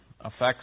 affects